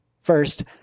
first